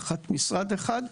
תחת משרד אחד,